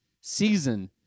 Season